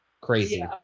Crazy